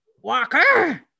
Walker